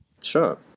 Sure